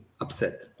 upset